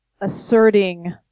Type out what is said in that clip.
asserting